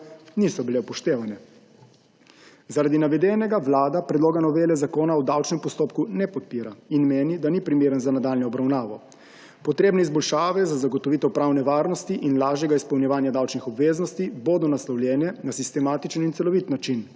niso bile upoštevane. Zaradi navedenega Vlada predloga novele Zakona o davčnem postopku ne podpira in meni, da ni primeren za nadaljnjo obravnavo. Potrebne izboljšave za zagotovitev pravne varnosti in lažjega izpolnjevanja davčnih obveznosti bodo naslovljene na sistematičen in celovit način,